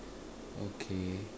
okay